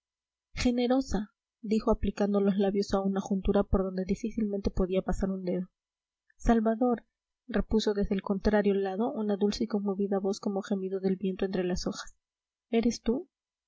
generosa dijo aplicando los labios a una juntura por donde difícilmente podía pasar un dedo salvador repuso desde el contrario lado una dulce y conmovida voz como gemido del viento entre las hojas eres tú